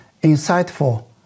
insightful